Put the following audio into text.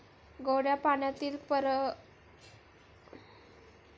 गोड्या पाण्यातील परिसंस्थेमध्ये पाणथळ प्रदेशांचाही समावेश असतो